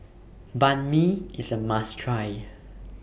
Banh MI IS A must Try